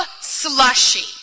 slushy